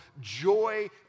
joy